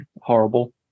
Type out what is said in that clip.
horrible